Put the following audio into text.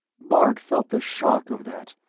bart felt the shock of that,